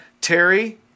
Terry